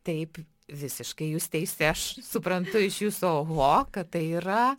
taip visiškai jūs teisi aš suprantu iš jūsų oho kad tai yra